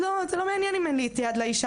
זה לא מענין אם אין לי את יד לאישה,